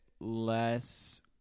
less